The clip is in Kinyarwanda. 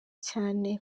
cyane